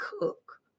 cook